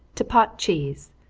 to pot cheese.